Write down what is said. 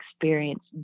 experience